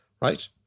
right